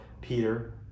Peter